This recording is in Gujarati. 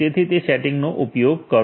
તેથી તે સેટિંગ્સનો ઉપયોગ કરો